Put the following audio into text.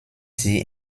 sie